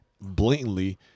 blatantly